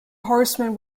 horseman